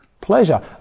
pleasure